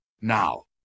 now